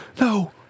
No